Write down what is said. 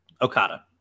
Okada